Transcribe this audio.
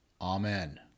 Amen